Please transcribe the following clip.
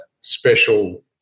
special